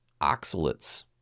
Oxalates